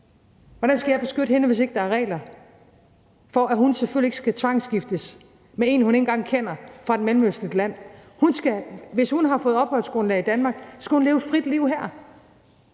Hvordan skal jeg beskytte hende, hvis ikke der er regler for, at hun selvfølgelig ikke skal tvangsgiftes med en, hun ikke engang kender, fra et mellemøstligt land? Hvis hun har fået opholdsgrundlag i Danmark, skal hun leve et frit liv her.